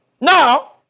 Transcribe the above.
Now